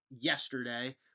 yesterday